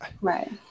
right